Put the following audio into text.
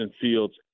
Fields